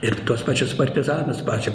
ir tuos pačius partizanus pačią